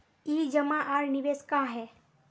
ई जमा आर निवेश का है?